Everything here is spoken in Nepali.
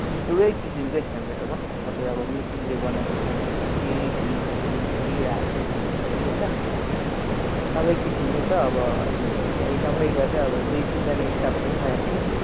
दुवै किसिमकै छ मेरोमा तपाईँ अब मसिनले बनाएको खानुहुन्छ कि ग्रिन टी खानुहुन्छ कि हाते खानुहुन्छ कि होइन सबै किसिमको छ अब अहिले भ्याई नभ्याई गरेर अब दुई तिनजना स्टाफहरू पनि राखेको छु